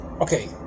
okay